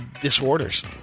disorders